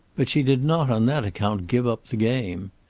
but she did not on that account give up the game.